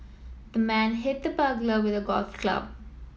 the man hit the burglar with a golf club